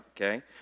Okay